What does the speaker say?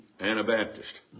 Anabaptist